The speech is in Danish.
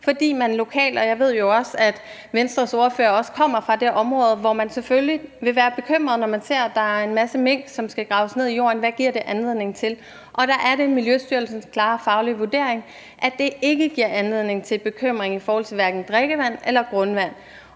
fordi man lokalt, hvor jeg ved at Venstres ordfører også kommer fra, selvfølgelig vil være bekymrede, når man ser, at der er en masse mink, som skal graves ned i jorden, og tænker: Hvad giver det anledning til? Og der er det Miljøstyrelsens klare faglige vurdering, at det ikke giver anledning til bekymring, hverken i forhold til drikkevand eller grundvand.